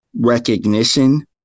recognition